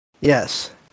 Yes